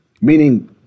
Meaning